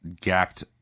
gapped